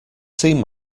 seen